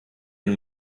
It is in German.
den